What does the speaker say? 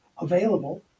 available